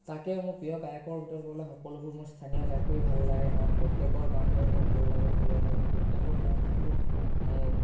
তাকে মোৰ প্ৰিয় গায়কৰ ভিতৰত সকলোবোৰ মোৰ স্থানীয় গায়কেই ভাল লাগে কাৰণ প্ৰত্যেকৰ গানবোৰ মোৰ ভাল লাগে প্ৰিয় হয় প্ৰত্যেকৰ গান শুনো মোৰ